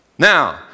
Now